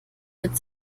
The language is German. mit